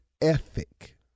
ethic